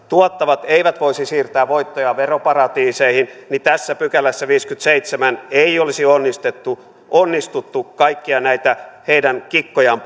tuottavat eivät voisi siirtää voittojaan veroparatiiseihin niin tässä viidennessäkymmenennessäseitsemännessä pykälässä ei olisi onnistuttu onnistuttu kaikkia näitä heidän kikkojaan